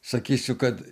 sakysiu kad